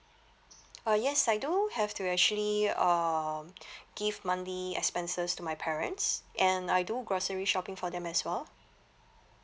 uh yes I do have to actually um give monthly expenses to my parents and I do grocery shopping for them as well